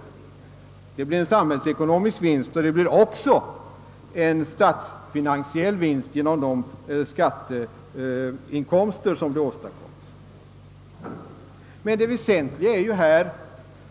Att kvinnorna går ut i förvärvslivet medför en samhällsekonomisk vinst och även en statsfinansiell vinst genom de skatteinkomster som dessa kvinnor ger. Det väsentliga på